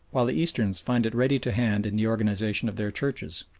while the easterns find it ready to hand in the organisation of their churches.